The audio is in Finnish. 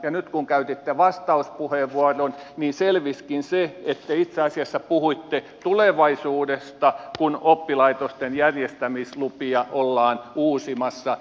ja nyt kun käytitte vastauspuheenvuoron niin selvisikin se että te itse asiassa puhuitte tulevaisuudesta kun oppilaitosten järjestämislupia ollaan uusimassa